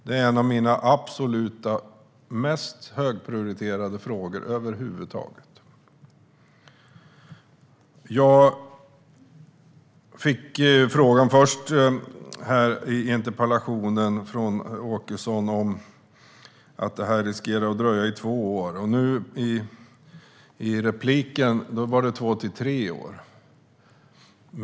Det är en av mina absolut mest högprioriterade frågor över huvud taget. I interpellationen från Åkesson stod det att detta riskerar att dröja i två år. I anförandet nu var det två till tre år.